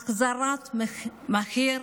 בהחזרתם המהירה